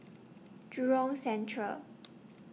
Jurong Central